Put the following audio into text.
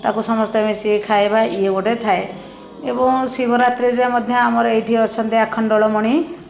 ତାକୁ ସମସ୍ତେ ମିଶିକି ଖାଇବା ଇଏ ଗୋଟେ ଥାଏ ଏବଂ ଶିବରାତ୍ରିରେ ମଧ୍ୟ ଆମର ଏଇଠି ଅଛନ୍ତି ଆଖଣ୍ଡଳମଣି